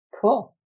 Cool